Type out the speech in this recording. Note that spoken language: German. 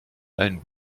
allen